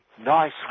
Nice